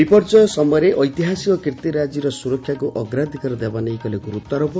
ବିପର୍ଯ୍ୟୟ ସମୟରେ ଐତିହାସିକ କୀର୍ତିରାଜିର ସୁରକ୍ଷାକୁ ଅଗ୍ରାଧିକାର ଦେବା ନେଇ କଲେ ଗୁରୁତ୍ୱାରୋପ